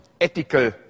ethical